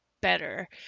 better